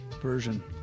version